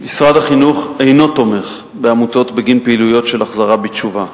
משרד החינוך אינו תומך בעמותות בגין פעילויות של החזרה בתשובה.